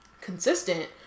consistent